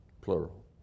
Plural